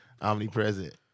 omnipresent